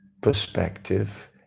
perspective